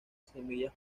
semillas